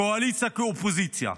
קואליציה כאופוזיציה.